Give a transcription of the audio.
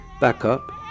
backup